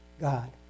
God